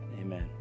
Amen